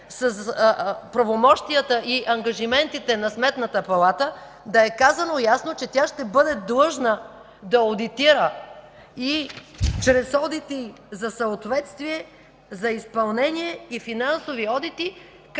за правомощията и ангажиментите на Сметната палата да е казано ясно, че тя ще бъде длъжна да одитира и чрез одити за съответствие, за изпълнение и финансови одити